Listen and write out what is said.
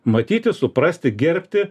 matyti suprasti gerbti